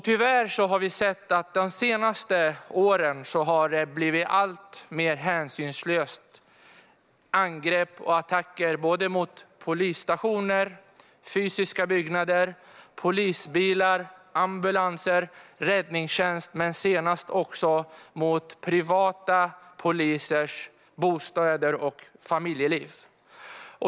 Tyvärr har vi sett att det har blivit alltmer hänsynslöst de senaste åren med angrepp och attacker mot polisstationer, fysiska byggnader, polisbilar, ambulanser, räddningstjänst och senast också mot polisers privata bostäder och familjeliv.